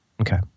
Okay